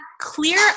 clear